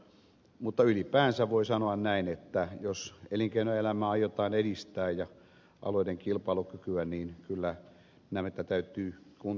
mutta ylipäänsä voi sanoa näin että jos elinkeinoelämää aiotaan edistää ja alueiden kilpailukykyä niin kyllä näitä täytyy kuntoon saattaa